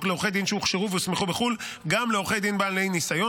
לעורכי דין שהוכשרו והוסמכו בחו"ל גם לעורכי דין בעלי ניסיון